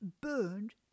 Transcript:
burned